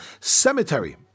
cemetery